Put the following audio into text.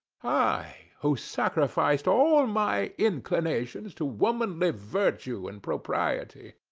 i, who sacrificed all my inclinations to womanly virtue and propriety!